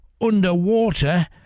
underwater